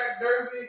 derby